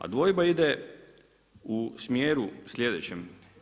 A dvojba ide u smjeru sljedećem.